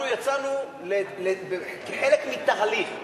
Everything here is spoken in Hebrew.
אנחנו יצאנו כחלק מתהליך,